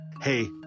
Hey